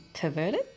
perverted